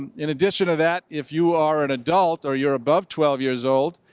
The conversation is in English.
in addition to that, if you are an adult or you're above twelve years old,